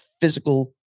physical